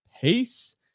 pace